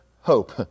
hope